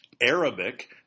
Arabic